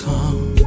Come